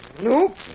Nope